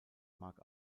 mark